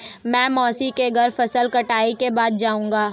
मैं मौसी के घर फसल कटाई के बाद जाऊंगा